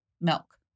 milk